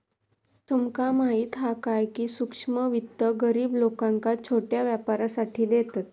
तुमका माहीत हा काय, की सूक्ष्म वित्त गरीब लोकांका छोट्या व्यापारासाठी देतत